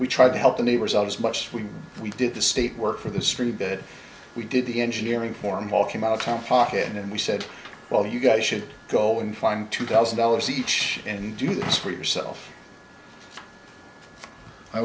we tried to help the neighbors out as much when we did the state work for the street did we did the engineering form all came out time pocket and we said well you guys should go and find two thousand dollars each and do this for yourself i